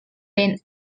ben